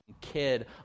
kid